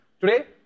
Today